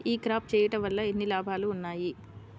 ఈ క్రాప చేయుట వల్ల ఎన్ని లాభాలు ఉన్నాయి?